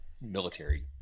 military